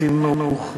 לחינוך,